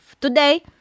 today